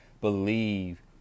believe